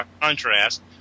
contrast